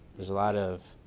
there's a lot of